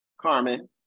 Carmen